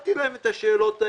שהפניתי להם את השאלות האלה.